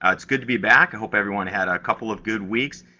ah it's good to be back! i hope everyone had a couple of good weeks,